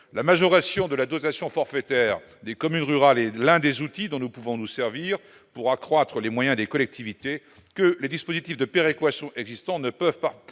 la majoration de la dotation forfaitaire des communes rurales et l'un des outils dont nous pouvons nous servir pour accroître les moyens des collectivités que les dispositifs de péréquation existants ne peuvent pas